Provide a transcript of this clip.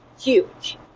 huge